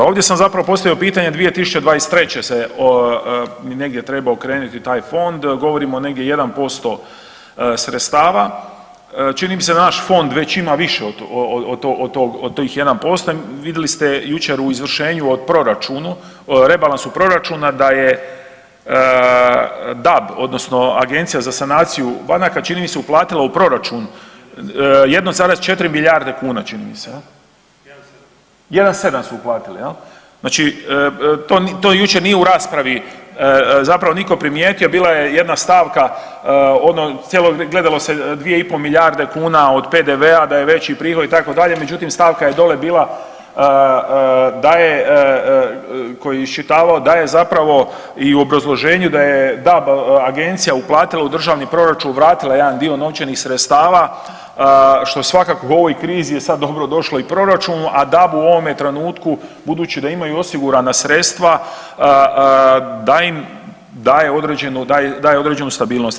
Ovdje sam zapravo postavio pitanje, 2023. se negdje treba okrenuti taj fond, govorimo negdje 1% sredstava, čini mi se da naš fond već ima više od tih 1%, vidjeli ste jučer u izvršenju o proračunu, rebalansu proračuna, da je DAB odnosno agencija za sanaciju banka čini mi se uplatila u proračun 1,4 milijarde kuna, čini mi se, 1,7 su u platili, je,l znači to jučer nije u raspravi zapravo nitko primijetio, bila je jedna stavka, gledalo se 2,5 milijarde kuna od PDV-a da je veći prihod itd., međutim stavka je dole bila da je, tko je iščitavao, da je zapravo i u obrazloženju da je DAB agencija uplatila u državni proračun, vratila jedan dio novčanih sredstava, što svako u ovoj krizi je sad dobro došlo i proračunu a DAB u ovom trenutku budući da imaju osigurana sredstva, da im daje određenu stabilnost.